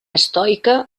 estoica